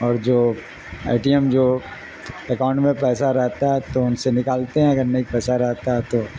اور جو A T M جو اکاؤنٹ میں پیسہ رہتا ہے تو ان سے نکالتے ہیں اگر نہیں پیسہ رہتا ہے تو